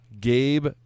Gabe